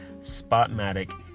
Spotmatic